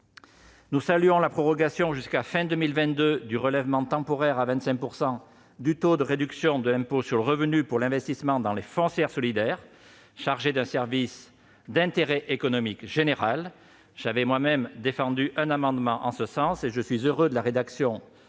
Nous saluons aussi la prorogation jusqu'à la fin de 2022 du relèvement temporaire à 25 % du taux de la réduction d'impôt sur le revenu pour l'investissement dans les foncières solidaires chargées d'un service d'intérêt économique général. J'avais moi-même défendu un amendement en ce sens, et je suis heureux de la rédaction